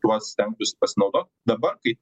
tuos tempus pasinaudot dabar kai